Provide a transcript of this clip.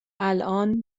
الان